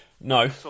No